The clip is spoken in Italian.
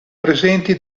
presenti